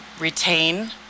retain